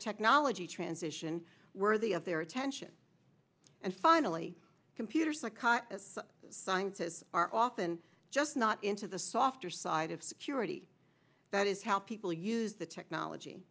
technology transition worthy of their attention and finally computers are caught as scientists are often just not into the softer side of security that is how people use the technology